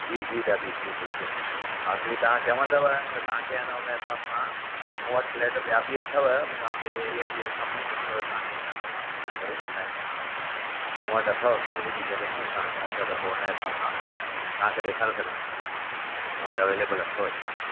जी जी दादी जी बिल्कुलु बाक़ी तव्हां चवंदव त तव्हांखे आहे न हुन हिसाब सां मूं वटि फ्लैट ॿिया बि अथव तव्हां ॿिए एरिआ जे हिसाब सां चवंदव तव्हांखे हुन हिसाब सां मेनेज करे बुधाईंदासीं तव्हांखे मूं वटि अथव सुठियूं सुठियूं जॻहियूं तव्हां चवंदा त पोइ हुन हिसाब सां तव्हांखे ॾेखारे सघंदा आहियूं असां शयूं मूं वटि अवेलेबल अथव शयूं हीअं